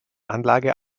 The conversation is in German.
anlage